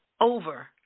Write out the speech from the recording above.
over